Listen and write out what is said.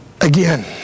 Again